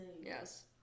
Yes